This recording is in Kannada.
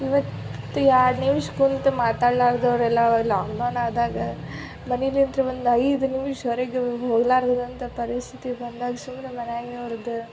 ಇವತ್ತು ಎರಡು ನಿಮ್ಷ ಕುಂತು ಮಾತಾಡಲಾರ್ದವರೆಲ್ಲ ಅವಾಗ ಅವಮಾನ ಆದಾಗ ಮನೆಲಿದ್ರು ಒಂದು ಐದು ನಿಮ್ಷ ಹೊರಗೆ ಹೋಗಲಾರದಂಥ ಪರಿಸ್ಥಿತಿ ಬಂದಾಗ ಸುಮ್ಮನೆ ಮನೆಯಾಗ